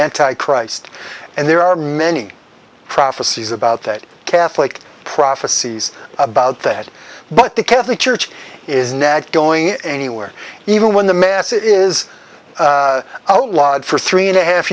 anti christ and there are many prophecies about that catholic prophecies about that but the catholic church is nag going anywhere even when the message is a lot for three and a half